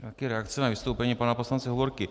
Také reakce na vystoupení pana poslance Hovorky.